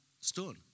stone